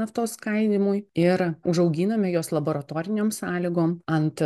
naftos skaidymui ir užauginome juos laboratorinėm sąlygom ant